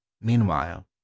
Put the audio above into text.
meanwhile